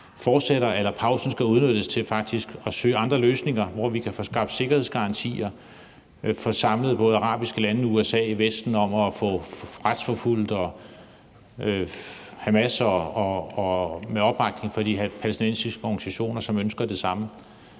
fortsætter, eller at pausen skal udnyttes til faktisk at søge andre løsninger, hvor vi kan få skabt sikkerhedsgarantier og få samlet både arabiske lande, USA og Vesten om at få retsforfulgt Hamas med opbakning fra de palæstinensiske organisationer, som ønsker det samme.